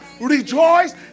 Rejoice